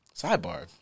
Sidebar